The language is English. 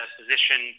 position